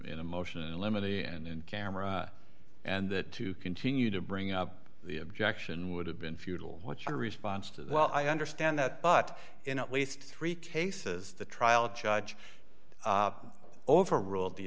in a motion in limine a and camera and that to continue to bring up the objection would have been futile what's your response to well i understand that but in at least three cases the trial judge overruled the